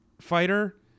fighter